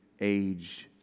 aged